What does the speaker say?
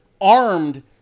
armed